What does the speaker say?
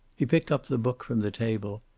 he picked up the book from the table,